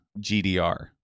GDR